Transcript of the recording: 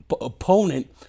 opponent